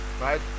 Right